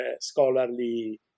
scholarly